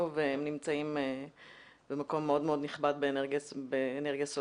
והיא נמצאת במקום מאוד מאוד נכבד באנרגיה סולרית.